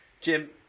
Jim